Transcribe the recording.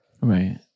Right